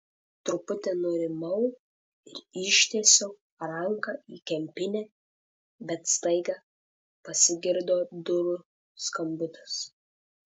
truputį nurimau ir ištiesiau ranką į kempinę bet staiga pasigirdo durų skambutis